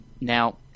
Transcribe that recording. Now